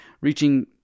reaching